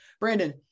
brandon